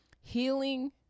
Healing